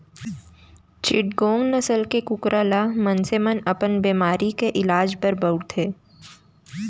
चिटगोंग नसल के कुकरा ल मनसे मन अपन बेमारी के इलाज बर बउरथे